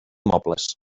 mobles